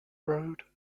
road